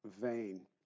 vain